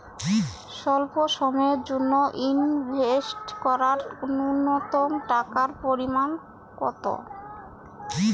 স্বল্প সময়ের জন্য ইনভেস্ট করার নূন্যতম টাকার পরিমাণ কত?